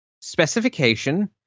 specification